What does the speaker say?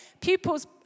pupils